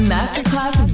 Masterclass